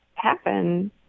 happen